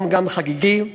גם חגיגי,